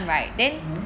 mmhmm